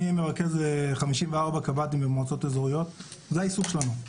אני מרכז 54 קב"טים במועצות האזוריות וזה העיסוק שלנו.